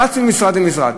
רץ ממשרד למשרד,